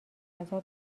غذا